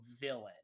villain